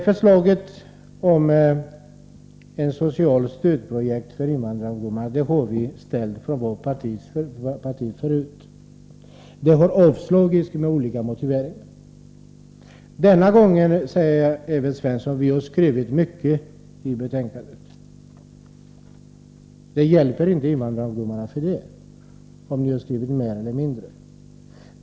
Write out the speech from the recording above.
Förslaget om ett socialt stödprojekt för invandrarungdomar har vi ställt från vårt parti förut. Det har avslagits med olika motiveringar. Denna gång säger Evert Svensson att utskottet har skrivit mycket i betänkandet. Men det hjälper inte invandrarungdomarna om ni har skrivit mer eller mindre.